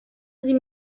sie